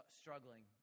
struggling